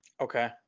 Okay